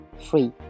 free